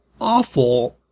awful